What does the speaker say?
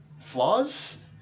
flaws